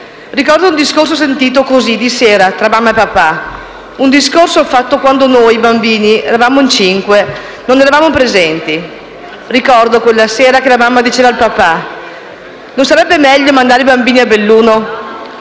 Ricordo un discorso sentito così, di sera, tra mamma e papà, un discorso fatto quando noi bambini - eravamo in cinque - non eravamo presenti. Ricordo quella sera che la mamma diceva al papà: "Non sarebbe meglio mandare i bambini a Belluno?"